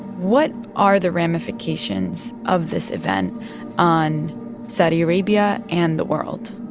what are the ramifications of this event on saudi arabia and the world?